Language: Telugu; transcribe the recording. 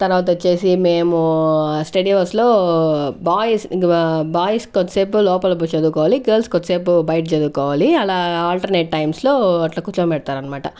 తర్వాతొచ్చేసి మేము స్టడీ హవర్స్ లో బాయ్స్ ఇంకా బాయ్స్ కొద్దిసేపు లోపల పోయి చదువుకోవాలి గర్ల్స్ కొద్దిసేపు బయట చదువుకోవాలి అలా ఆల్టర్నేట్ టైమ్స్ లో అట్లా కూర్చోంబెడతారన్మాట